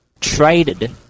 traded